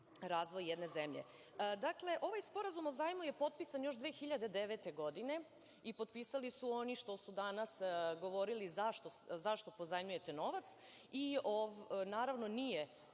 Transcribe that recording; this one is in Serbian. razvoj jedne zemlje. Dakle, ovaj sporazum o zajmu je potpisan još 2009. godine i potpisali su oni što su danas govorili zašto pozajmljujete novac, i naravno nije